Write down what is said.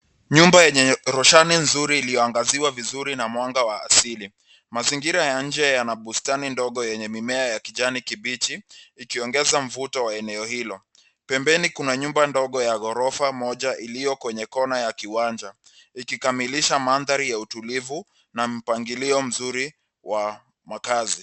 Nyumba yenye roshani nzuri iliyoangaziwa vizuri na mwanga wa asili. Mazingira ya nje yana bustani ndogo yenye mimea ya kijani kibichi, ikiongeza mvuto wa eneo hilo. Pembeni kuna nyumba ndogo ya ghorofa moja iliyo kwenye kona ya kiwanja ikikamilisha maandhari ya utulivu na mpangilio mzuri wa makazi.